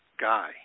guy